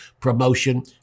promotion